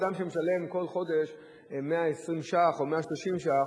אדם שמשלם כל חודש 120 ש"ח או 130 ש"ח,